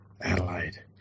Adelaide